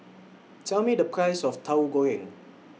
Tell Me The Price of Tahu Goreng